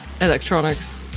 electronics